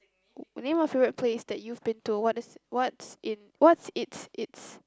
name a favourite place that you've been to what is what's in what's it's it's